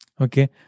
Okay